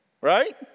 right